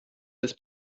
des